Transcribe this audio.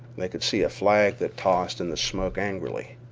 they could see a flag that tossed in the smoke angrily.